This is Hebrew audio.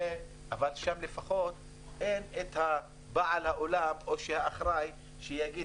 אבל שם אין בעל אולם או אחראי שיגיד